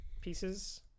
pieces